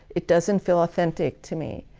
it doesn't feel authentic to me.